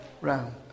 round